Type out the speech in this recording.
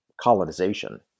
colonization